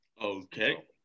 Okay